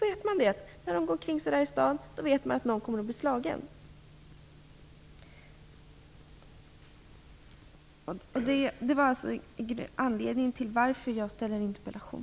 När man ser dem gå omkring där vet man att någon kommer att bli slagen. Detta var bakgrunden till att jag ställde min interpellation.